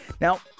Now